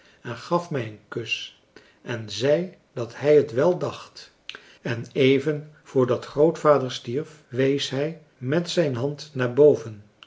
en gaf mij een kus en zei dat hij het wel dacht en even voordat françois haverschmidt familie en kennissen grootvader stierf wees hij met zijn hand naar boven